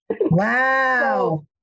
Wow